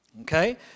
Okay